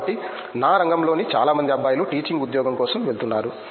కాబట్టి నా రంగం లోని చాలా మంది అబ్బాయిలు టీచింగ్ ఉద్యోగం కోసం వెళ్తున్నారు